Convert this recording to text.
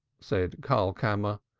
said karlkammer.